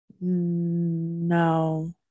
no